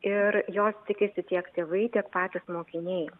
ir jos tikisi tiek tėvai tiek patys mokiniai